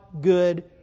good